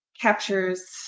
captures